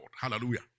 Hallelujah